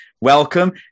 Welcome